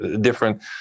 different